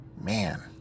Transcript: Man